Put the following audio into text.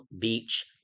Beach